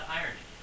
irony